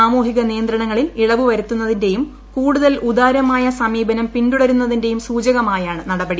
സ്ടുമൂഹിക നിയന്ത്രണങ്ങളിൽ ഇളവു വരുത്തുന്നതിന്റെയും കൂട്ടുത്ൽ ഉദാരമായ സമീപനം പിന്തുടരുന്നതിന്റെയും സ്കൂച്ചക്മായാണ് നടപടി